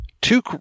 two